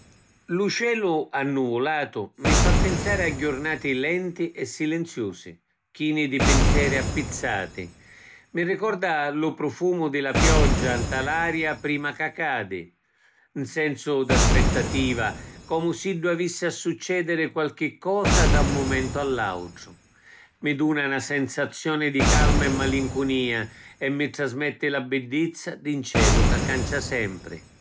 Lu celu annuvulatu mi fa pinsari a jurnati lenti e silinziusi chini di pinzeri appizzati; mi ricorda lu prufumu di la pioggia nta l’aria prima ca cadi. ‘N sensu d’aspittativa comu siddu avissi a succediri qualchi cosa da ‘n mumentu all’autru. Mi duna na sensaziuni di calma e malincunia e mi trasmetti la biddizza di ‘n celu ca cancia sempri.